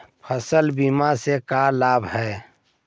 फसल बीमा से का लाभ है?